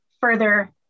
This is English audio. further